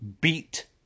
beat